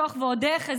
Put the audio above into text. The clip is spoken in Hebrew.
ועוד איך,